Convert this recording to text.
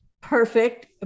perfect